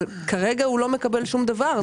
אבל כרגע הוא לא מקבל שום דבר.